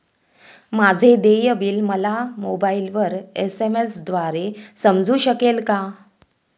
माझे देय बिल मला मोबाइलवर एस.एम.एस द्वारे समजू शकेल का?